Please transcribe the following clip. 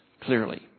clearly